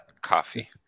coffee